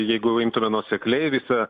jeigu imtume nuosekliai visą